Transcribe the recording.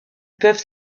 peuvent